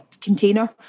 container